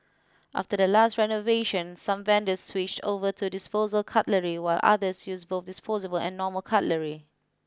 after the last renovation some vendors switched over to disposable cutlery while others use both disposable and normal cutlery